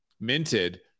minted